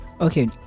Okay